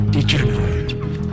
Degenerate